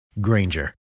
Granger